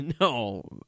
No